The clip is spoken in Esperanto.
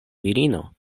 virino